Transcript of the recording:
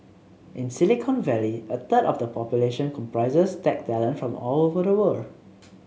in Silicon Valley a third of the population comprises tech talent from all over the world